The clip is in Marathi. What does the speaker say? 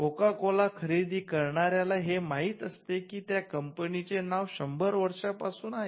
कोका कोला खरीदी करणाऱ्याला हे माहीत असते की या कंपनीचे नाव शंभर वर्ष पासून आहे